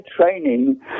training